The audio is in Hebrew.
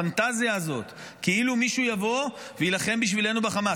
הפנטזיה הזאת כאילו מישהו יבוא ויילחם בשבילנו בחמאס,